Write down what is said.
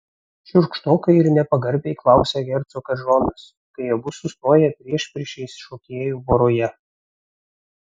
šiurkštokai ir nepagarbiai klausia hercogas džonas kai abu sustoja priešpriešiais šokėjų voroje